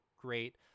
great